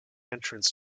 entrance